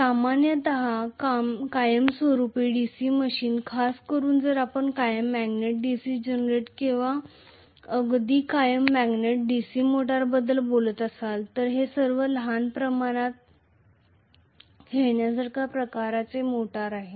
सामान्यत कायमस्वरुपी DC machine खासकरुन जर आपण कायम मॅग्नेट DC जनरेटर किंवा अगदी कायम मॅग्नेट DC मोटरबद्दल बोलत असाल तर ते सर्व लहान प्रमाणात खेळण्यासारखे प्रकारचे मोटर आहेत